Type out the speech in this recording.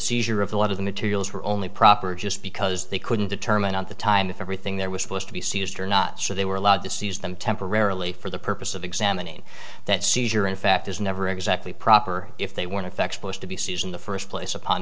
seizure of a lot of the materials were only proper just because they couldn't determine at the time if everything there was supposed to be seized or not so they were allowed to seize them temporarily for the purpose of examining that seizure in fact is never exactly proper if they weren't effects supposed to be sees in the first place upon